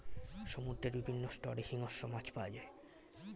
সমুদ্রের বিভিন্ন স্তরে হিংস্র মাছ পাওয়া যায়